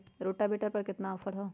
Rotavator पर केतना offer हव?